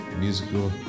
musical